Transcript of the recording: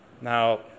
Now